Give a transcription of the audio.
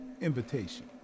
invitation